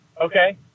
Okay